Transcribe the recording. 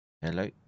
Hello